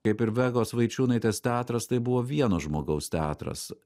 kaip ir vegos vaičiūnaitės teatras tai buvo vieno žmogaus teatras